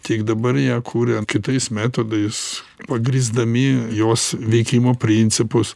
tik dabar ją kuria kitais metodais pagrįsdami jos veikimo principus